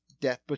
Death